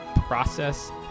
process